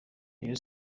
rayon